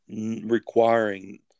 requiring